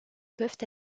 peuvent